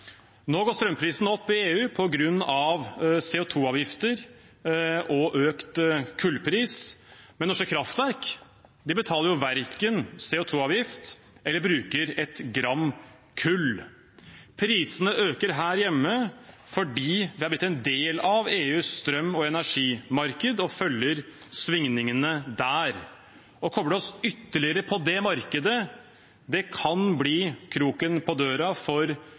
Nå går strømprisen opp i EU på grunn av CO2-avgifter og økt kullpris, men norske kraftverk betaler verken CO2-avgift eller bruker et gram kull. Prisene øker her hjemme fordi vi er blitt en del av EUs strøm- og energimarked og følger svingningene der. Å koble oss ytterligere til det markedet kan i framtiden bli kroken på døra for